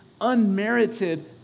unmerited